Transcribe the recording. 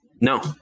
No